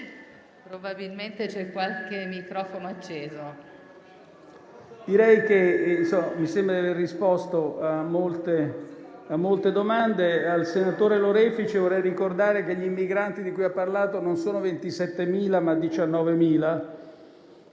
Mi sembra di aver risposto a molte domande. Al senatore Lorefice vorrei ricordare che gli immigrati di cui ha parlato sono non 27.000, ma 19.000.